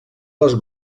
les